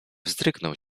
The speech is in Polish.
wzdrygnął